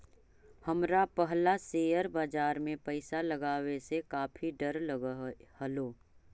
हमरा पहला शेयर बाजार में पैसा लगावे से काफी डर लगअ हलो